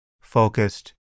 focused